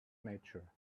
nature